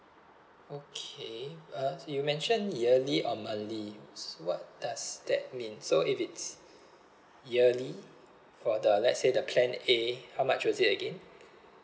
okay uh you mentioned yearly or monthly s~ what does that mean so if it's yearly for the let's say the plan A how much was it again